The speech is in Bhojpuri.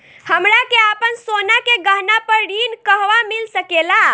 हमरा के आपन सोना के गहना पर ऋण कहवा मिल सकेला?